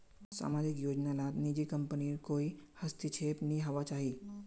सामाजिक योजना लात निजी कम्पनीर कोए हस्तक्षेप नि होवा चाहि